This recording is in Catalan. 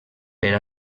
per